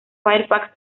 fairfax